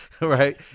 Right